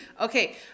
Okay